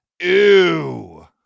Ew